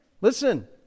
listen